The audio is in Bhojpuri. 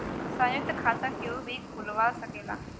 संयुक्त खाता केहू भी खुलवा सकेला